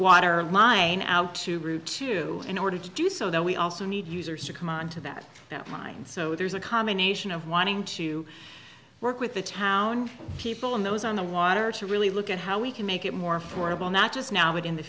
water line out to route two in order to do so that we also need users to come on to that mine so there's a combination of wanting to work with the town people in those on the water to really look at how we can make it more affordable not just now and in the